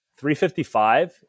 355